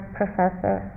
professor